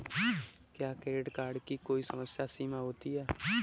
क्या credit card की कोई समय सीमा होती है?